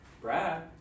Brad